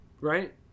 right